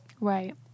Right